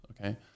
okay